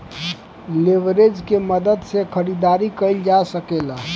leverage के मदद से खरीदारी कईल जा सकेला